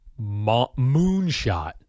moonshot